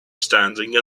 standing